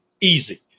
Easy